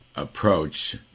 Approach